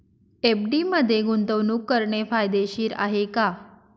FD मध्ये गुंतवणूक करणे फायदेशीर आहे का?